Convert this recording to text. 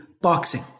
boxing